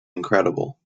incredible